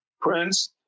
Prince